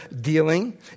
dealing